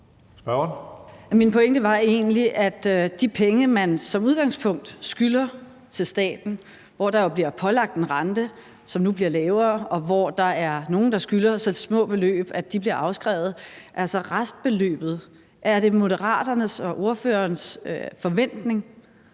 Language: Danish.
Min pointe drejede sig egentlig om de penge, man som udgangspunkt skylder staten; der bliver jo pålagt en rente, som nu bliver lavere, og der er nogle, der skylder så små beløb, at de bliver afskrevet, altså restbeløbet. Er det Moderaterne og ordførerens forventning